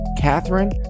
Catherine